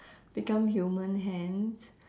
become human hands